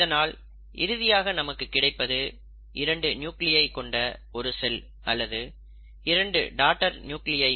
இதனால் இறுதியாக நமக்கு கிடைப்பது 2 நியூகிளியை கொண்ட ஒரு செல் அல்லது இரண்டு டாடர் நியூகிளியை